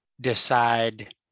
decide